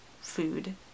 food